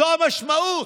זו המשמעות.